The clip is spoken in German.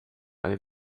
eine